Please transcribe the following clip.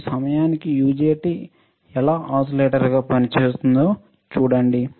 ఆ సమయానికి యుజెటి ఎలా ఓసిలేటర్ గా పనిచేస్తుంది చూడండి